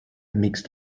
mixed